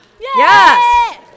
Yes